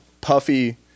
puffy